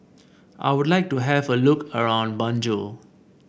I would like to have a look around Banjul